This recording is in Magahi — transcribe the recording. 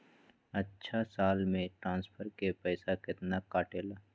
अछा साल मे ट्रांसफर के पैसा केतना कटेला?